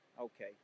okay